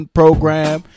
program